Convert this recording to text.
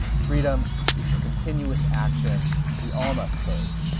freedom is the continuous action we all must take,